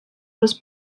was